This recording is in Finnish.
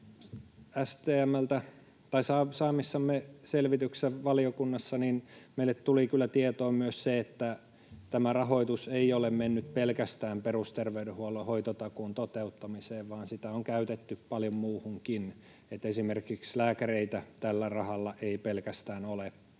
Saamissamme selvityksissä valiokunnassa meille tuli kyllä tietoon myös se, että tämä rahoitus ei ole mennyt pelkästään perusterveydenhuollon hoitotakuun toteuttamiseen, vaan sitä on käytetty paljon muuhunkin. Esimerkiksi lääkäreitä tällä rahalla ei pelkästään ole